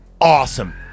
awesome